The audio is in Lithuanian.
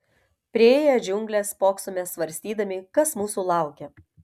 priėję džiungles spoksome svarstydami kas mūsų laukia